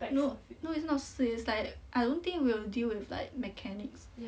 no no it's not 湿 it's like I don't think will deal with like mechanics